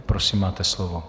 Prosím, máte slovo.